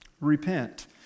Repent